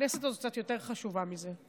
סליחה, הכנסת הזאת קצת יותר חשובה מזה.